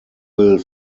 will